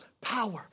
power